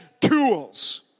tools